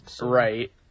Right